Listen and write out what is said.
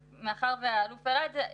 מאחר שהאלוף אלמוז העלה את זה,